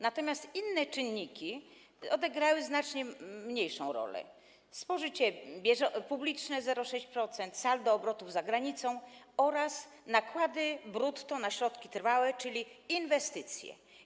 Natomiast inne czynniki odegrały znacznie mniejszą rolę: spożycie publiczne - 0,6%, saldo obrotów z zagranicą oraz nakłady brutto na środki trwałe, czyli inwestycje.